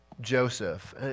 Joseph